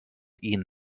ihn